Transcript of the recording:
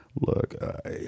look